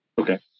Okay